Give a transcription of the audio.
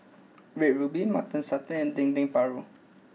Red Ruby Mutton Satay and Dendeng Paru